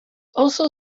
also